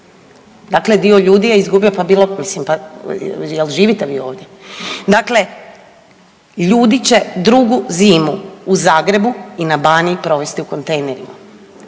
Dakle, dio ljudi je izgubio, pa jel' živite vi ovdje? Dakle, ljudi će drugu zimu u Zagrebu i na Baniji provesti u kontejnerima.